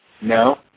No